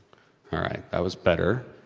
alright, that was better.